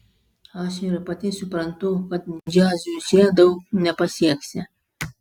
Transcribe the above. aš ir pati suprantu kad džiazu čia daug nepasieksi